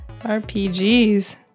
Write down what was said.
rpgs